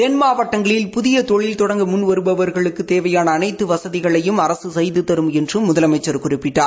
தென்மாவட்டங்களில் புதிய தொழில் தொடங்க முன் வருபவா்களுக்கு தேவையான அனைத்து வசதிகளையும் அரசு செய்து தரும் என்றும் முதலமைச்சர் குறிப்பிட்டார்